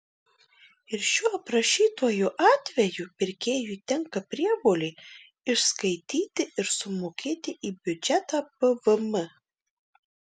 ir šiuo aprašytuoju atveju pirkėjui tenka prievolė išskaityti ir sumokėti į biudžetą pvm